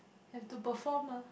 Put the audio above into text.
have to perform mah